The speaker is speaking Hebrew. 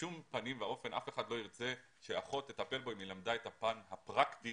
בשום פנים ואופן אף אחד לא ירצה שאחות תטפל בו אם למדה את הפן הפרקטי